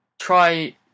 try